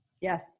Yes